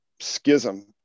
schism